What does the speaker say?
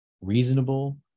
reasonable